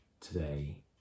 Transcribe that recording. today